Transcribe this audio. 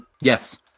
Yes